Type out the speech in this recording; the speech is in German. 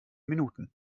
minuten